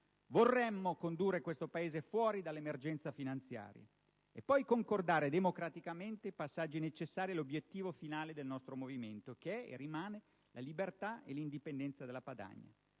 Vorremmo condurre questo Paese fuori dall'emergenza finanziaria e poi concordare democraticamente i passaggi necessari e l'obiettivo finale del nostro movimento, che è e rimane la libertà e l'indipendenza della Padania,